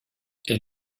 est